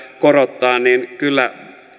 korottaa niin kyllä